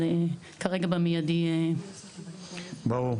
תודה.